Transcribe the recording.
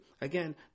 Again